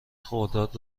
خرداد